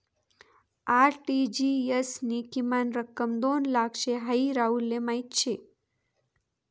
RTGS नी किमान रक्कम दोन लाख शे हाई राहुलले माहीत शे